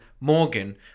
Morgan